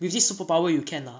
with this superpower you can ah